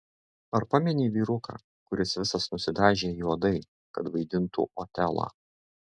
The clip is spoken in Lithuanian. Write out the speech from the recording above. ar pameni vyruką kuris visas nusidažė juodai kad vaidintų otelą